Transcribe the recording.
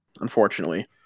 unfortunately